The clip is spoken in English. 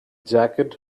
jacket